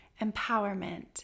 empowerment